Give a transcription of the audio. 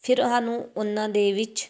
ਫਿਰ ਸਾਨੂੰ ਉਹਨਾਂ ਦੇ ਵਿੱਚ